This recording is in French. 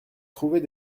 trouver